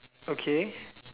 okay